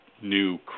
new